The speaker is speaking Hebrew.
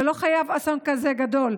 ולא חייב להיות אסון כזה גדול,